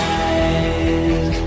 eyes